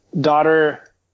daughter